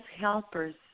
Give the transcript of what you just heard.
helpers